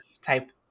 type